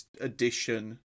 edition